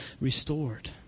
restored